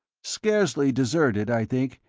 scarcely deserted, i think.